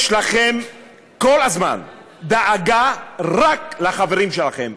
יש לכם כל הזמן דאגה רק לחברים שלכם,